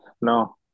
No